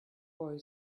boy